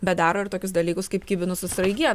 bet daro ir tokius dalykus kaip kibinus su sraigiena